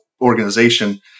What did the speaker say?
organization